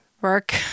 work